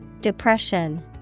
Depression